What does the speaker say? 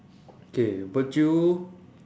okay would you